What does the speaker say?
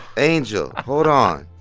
angel. hold on.